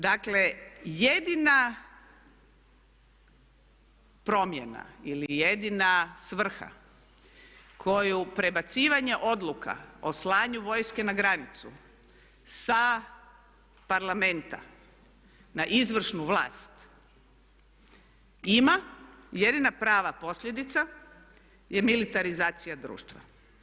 Dakle, jedina promjena ili jedina svrha koju prebacivanje odluka o slanju vojske na granicu sa Parlamenta na izvršnu vlast ima jedina prava posljedica je militarizacija društva.